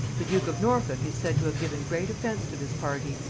the duke of norfolk is said to have given great offence to this party,